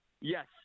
Yes